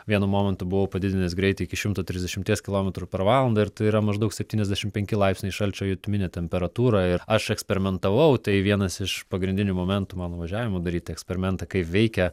vienu momentu buvau padidinęs greitį iki šimto trisdešimties kilometrų per valandą ir tai yra maždaug septyniasdešimt penki laipsniai šalčio jutiminė temperatūra ir aš eksperimentavau tai vienas iš pagrindinių momentų mano važiavimo daryti eksperimentą kaip veikia